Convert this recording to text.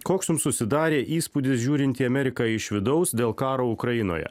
koks jums susidarė įspūdis žiūrint į ameriką iš vidaus dėl karo ukrainoje